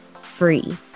free